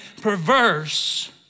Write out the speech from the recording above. perverse